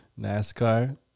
NASCAR